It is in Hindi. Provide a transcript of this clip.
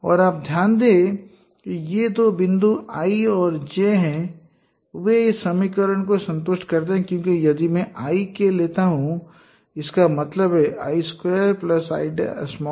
और आप ध्यान दें कि ये दो बिंदु I और J हैं वे इस समीकरण को संतुष्ट करते हैं क्योंकि यदि मैं I के लिए लेता हूं इसका मतलब है I2i20